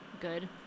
Good